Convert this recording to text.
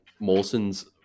Molson's